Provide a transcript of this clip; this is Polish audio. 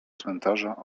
cmentarza